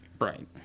Right